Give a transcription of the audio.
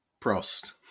prost